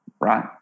right